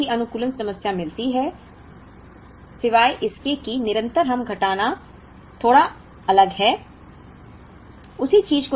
हमें एक ही अनुकूलन समस्या मिलती है सिवाय इसके कि निरंतर हम घटाना थोड़ा अलग है